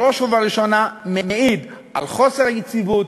בראש ובראשונה על חוסר יציבות,